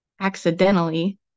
accidentally